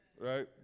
Right